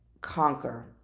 conquer